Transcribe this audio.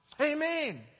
Amen